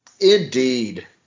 Indeed